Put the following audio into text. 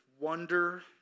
wonder